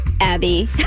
Abby